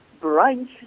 brunch